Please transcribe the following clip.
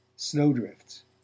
snowdrifts